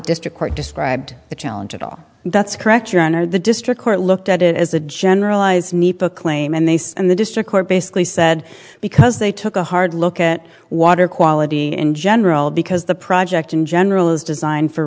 district court described the challenge at all that's correct your honor the district court looked at it as a generalized nepa claim and they and the district court basically said because they took a hard look at water quality in general because the project in general is designed for